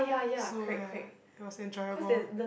so ya it was enjoyable